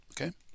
Okay